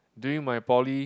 during my poly